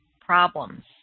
problems